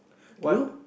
what